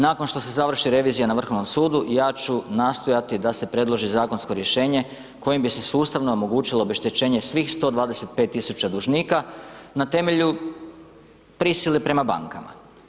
Nakon što se završi revizija na Vrhovnom sudu, ja ću nastojati da se predloži zakonsko rješenje kojim bi se sustavno omogućilo obeštećenje svih 125 000 dužnika na temelju prisile prema bankama.